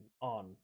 on